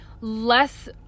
less